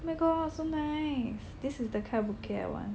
oh my god so nice this is the kind of bouquet I want